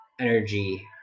energy